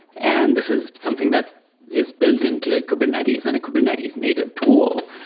and this is something that is built into kubernetes and a kubernetes native tool.